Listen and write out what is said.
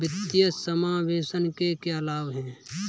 वित्तीय समावेशन के क्या लाभ हैं?